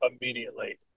immediately